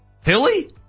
Philly